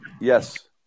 Yes